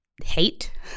hate